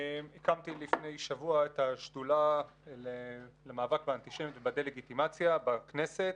הקמתי לפני שבוע את השדולה למאבק באנטישמיות ובדה-לגיטימציה בכנסת.